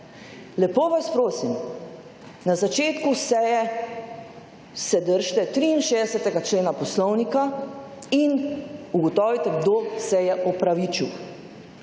lepo vas prosim, na začetku seje se dežite 63. člena Poslovnika in ugotovite kdo se je opravičil.